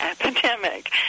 epidemic